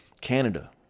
Canada